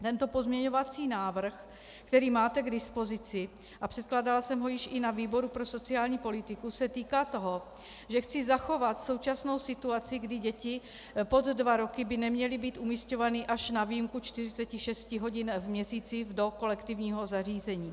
Tento pozměňovací návrh, který máte k dispozici, a předkládala jsem ho již i na výboru pro sociální politiku, se týká toho, že chci zachovat současnou situaci, kdy děti pod dva roky by neměly být umísťované až na výjimku 46 hodin v měsíci do kolektivního zařízení.